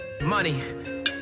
Money